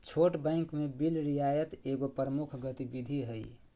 छोट बैंक में बिल रियायत एगो प्रमुख गतिविधि हइ